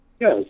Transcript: Yes